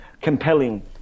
compelling